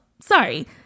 sorry